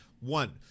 one